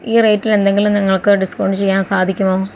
ഈ റേറ്റിൽ എന്തെങ്കിലും നിങ്ങൾക്ക് ഡിസ്കൗണ്ട് ചെയ്യാൻ സാധിക്കുമോ